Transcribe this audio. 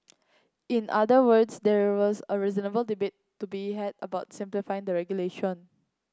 in other words there was a reasonable debate to be had about simplifying the regulation